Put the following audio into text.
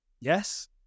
yes